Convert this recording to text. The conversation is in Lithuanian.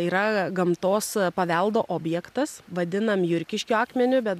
yra gamtos paveldo objektas vadinam jurkiškio akmeniu bet